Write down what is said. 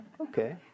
Okay